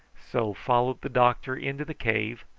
so followed the doctor into the cave,